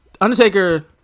Undertaker